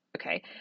Okay